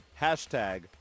Hashtag